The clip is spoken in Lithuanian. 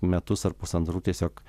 metus ar pusantrų tiesiog